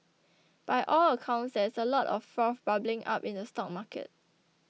by all accounts there is a lot of froth bubbling up in the stock market